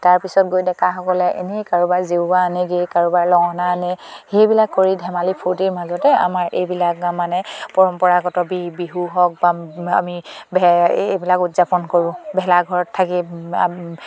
তাৰপিছত গৈ ডেকাসকলে এনেই কাৰোবাৰ জেউৰা আনেগে কাৰোবাৰ লঙনা আনে সেইবিলাক কৰি ধেমালি ফূৰ্তিৰ মাজতে আমাৰ এইবিলাক মানে পৰম্পৰাগত বি বিহু হওক বা আমি এইবিলাক উদযাপন কৰোঁ ভেলাঘৰত থাকি